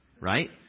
Right